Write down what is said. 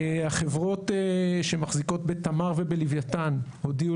החברות שמחזיקות בתמר ובלווייתן הודיעו